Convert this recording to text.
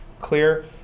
clear